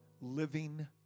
living